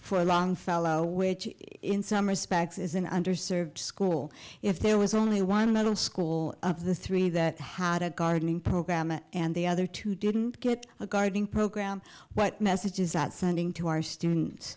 for a long fellow which in some respects is an under served school if there was only one middle school of the three that had a gardening program and the other two didn't get a gardening programme what message is that sending to our students